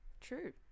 True